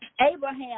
Abraham